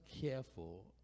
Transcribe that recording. careful